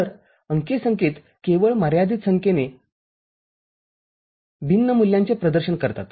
तर अंकीय संकेत केवळ मर्यादित संख्येने भिन्न मूल्यांचे प्रदर्शन करतात